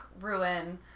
Ruin